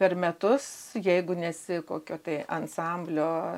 per metus jeigu nesi kokio tai ansamblio